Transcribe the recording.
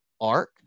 arc